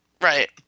Right